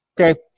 Okay